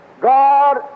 God